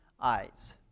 eyes